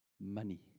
money